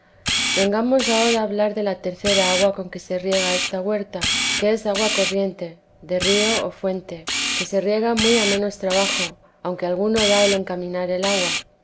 vengamos ahora a hablar de la tercera agua con que se riega esta huerta que es agua corriente de río o fuente que se riega muy a menos trabajo aunque alguno da el encaminar el agua